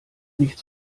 nicht